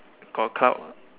got cloud not